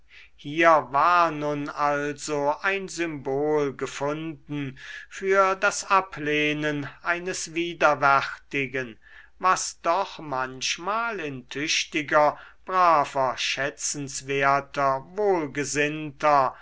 hier war nun also ein symbol gefunden für das ablehnen eines widerwärtigen was doch manchmal in tüchtiger braver schätzenswerter wohlgesinnter